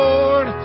Lord